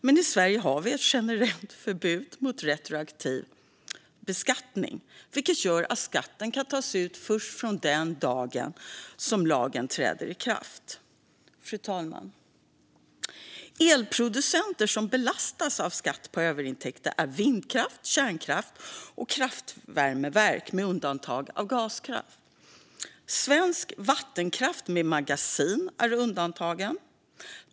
Men i Sverige har vi ett generellt förbud mot retroaktiv beskattning, vilket gör att skatten kan tas ut först från den dag då lagen träder i kraft. Fru talman! De som belastas av skatt på överintäkter är vindkraft, kärnkraft och kraftvärmeverk, med undantag av gaskraft. Svensk vattenkraft med magasin är undantagen.